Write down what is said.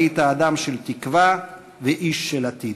היית אדם של תקווה ואיש של עתיד.